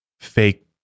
fake